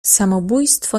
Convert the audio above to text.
samobójstwo